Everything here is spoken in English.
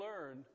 learn